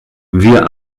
wir